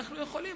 ואנחנו יכולים,